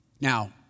Now